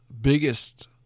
biggest